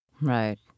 Right